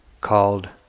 called